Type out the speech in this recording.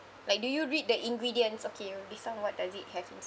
like do you read the ingredients okay this one what does it have